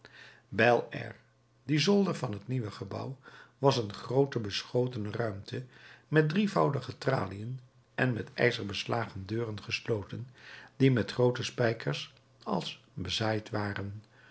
bel air die zolder van het nieuwe gebouw was een groote beschotene ruimte met drievoudige traliën en met ijzer beslagen deuren gesloten die met groote spijkers als bezaaid waren